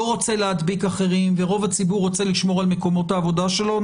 רוצה להדביק אחרים ורוב הציבור רוצה לשמור על מקומות העבודה שלו.